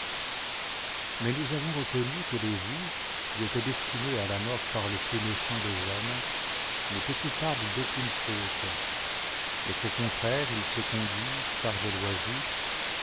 mais nous avons reconnu que les juifs qui étaient destinés à la mort par le plus méchant des hommes n'étaient coupables d'aucune faute mais qu'au contraire ils se conduisent par des lois justes